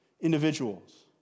individuals